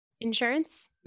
insurance